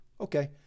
Okay